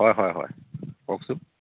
হয় হয় হয় কওকচোন